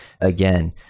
again